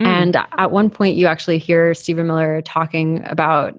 and at one point you actually hear steven miller talking about